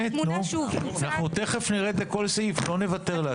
תכף נרד לכל סעיף, לא נוותר לעצמנו.